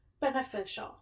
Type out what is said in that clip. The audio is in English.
beneficial